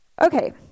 Okay